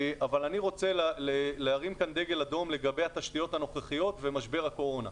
אני רוצה להרים כאן דגל אדום לגבי התשתיות הנוכחיות ומשבר הקורונה.